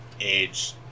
age